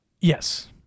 Yes